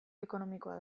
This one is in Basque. ekonomikoa